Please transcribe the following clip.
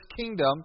kingdom